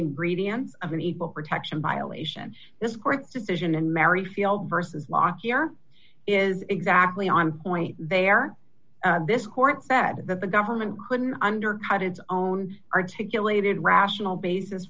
ingredients of the book protection violation this court decision in merrifield versus last year is exactly on point there this court said that the government couldn't undercut its own articulated rational basis